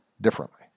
Differently